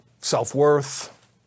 self-worth